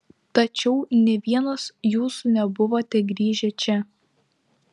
tačiau nė vienas jūsų nebuvote grįžę čia